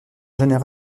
général